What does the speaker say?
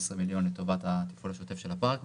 מיליון שקל לטובת התפעול השוטף של הפארק.